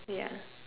ya